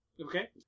Okay